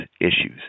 issues